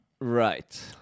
Right